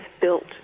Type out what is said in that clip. built